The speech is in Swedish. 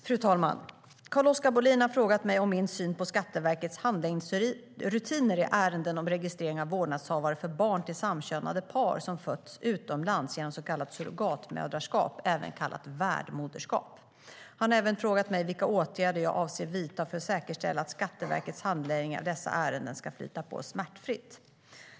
Fru talman! Carl-Oskar Bohlin har frågat mig om min syn på Skatteverkets handläggningsrutiner i ärenden om registrering av vårdnadshavare för barn till samkönade par som fötts utomlands genom så kallat surrogatmoderskap, även kallat värdmoderskap. Han har även frågat mig vilka åtgärder jag avser att vidta för att säkerställa att Skatteverkets handläggning av dessa ärenden ska flyta på smärtfritt.